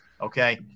Okay